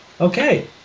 okay